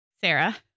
Sarah